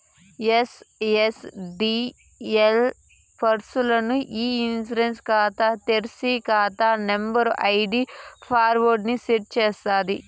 NSDL పూర్స్ ల్ల ఇ ఇన్సూరెన్స్ కాతా తెర్సి, కాతా నంబరు, ఐడీ పాస్వర్డ్ ని సెట్ చేస్తాది